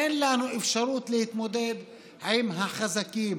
אין לנו אפשרות להתמודד עם החזקים,